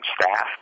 staff